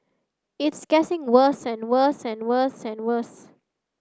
it's getting worse and worse and worse and worse